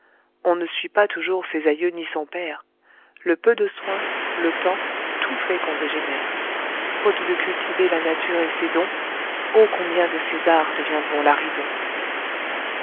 on ne suit pas toujours ses aïeux ni son père le peu de soin le temps tout fait qu'on dégénère faute de cultiver la nature et ses dons oh combien de césars deviendront